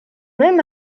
même